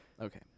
Okay